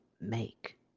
make